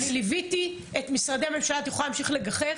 אני ליוויתי את משרדי הממשלה -- את יכולה להמשיך לגחך.